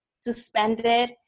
suspended